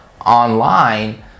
online